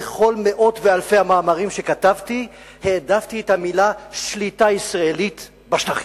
בכל מאות ואלפי המאמרים שכתבתי העדפתי את המלים "שליטה ישראלית בשטחים",